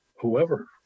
whoever